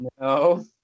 No